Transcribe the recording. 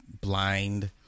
blind